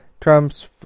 Trump's